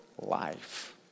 life